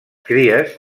cries